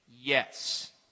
Yes